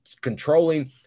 controlling